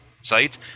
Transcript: site